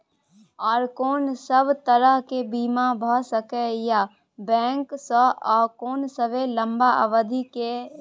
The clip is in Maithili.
आर कोन सब तरह के बीमा भ सके इ बैंक स आ कोन सबसे लंबा अवधि के ये?